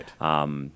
Right